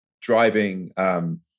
driving